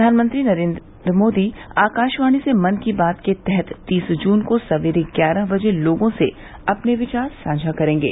प्रधानमंत्री नरेन्द्र मोदी आकाशवाणी से मन की बात के तहत तीस जून को सवेरे ग्यारह बजे लोगों से अपने विचार साझा करेंगे